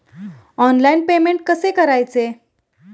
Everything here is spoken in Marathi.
ऑनलाइन पेमेंट कसे करायचे?